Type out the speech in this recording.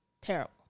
Terrible